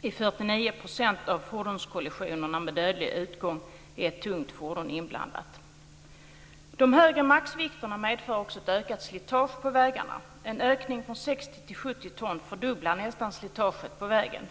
I 49 % av fordonskollisionerna med dödlig utgång är ett tungt fordon inblandat. De höga maxvikterna medför också ett ökat slitage på vägarna. En ökning från 60 till 70 ton nästan fördubblar slitaget på vägen.